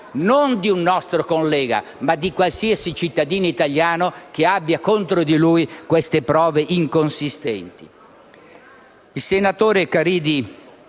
non di un nostro collega, ma di qualsiasi cittadino italiano che abbia contro di lui prove inconsistenti.